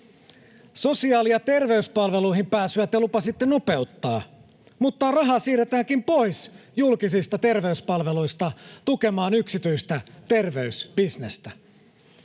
Sosiaali- ja terveyspalveluihin pääsyä te lupasitte nopeuttaa. Mutta rahaa siirretäänkin pois julkisista terveyspalveluista tukemaan yksityistä terveysbisnestä.